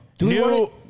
New